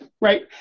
right